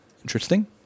interesting